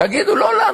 תגידו לא לנו,